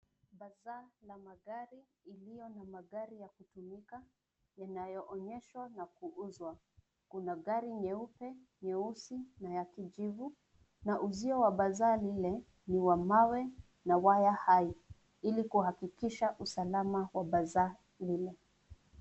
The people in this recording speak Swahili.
Bazaar la magari iliyo na magari ya kutumika, yanayoonyeshwa na kuuzwa, kuna gari nyeupe, nyeusi na ya kijivu na uzio wa bazaar lile, ni wa mawe, na waya hai, ilikuhakikisha usalama wa bazaar lile.